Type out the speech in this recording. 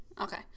Okay